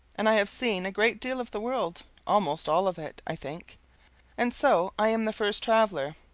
and i have seen a great deal of the world almost all of it, i think and so i am the first traveler,